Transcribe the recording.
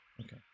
Okay